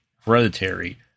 hereditary